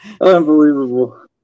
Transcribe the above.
unbelievable